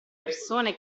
persone